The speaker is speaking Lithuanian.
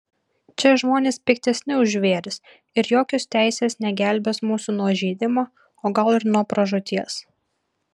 čia žmonės piktesni už žvėris ir jokios teisės negelbės mūsų nuo įžeidimo o gal ir nuo pražūties